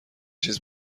چیز